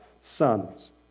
sons